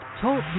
Talk